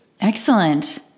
Excellent